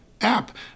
app